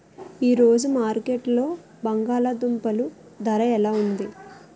ఈ రోజు మార్కెట్లో బంగాళ దుంపలు ధర ఎలా ఉంది?